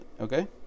okay